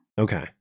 Okay